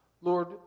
Lord